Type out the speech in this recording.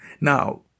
Now